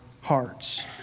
hearts